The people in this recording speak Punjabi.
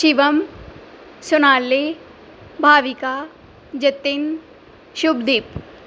ਸ਼ਿਵਮ ਸੋਨਾਲੀ ਬਾਵੀਕਾ ਜਤਿਨ ਸ਼ੁੱਭਦੀਪ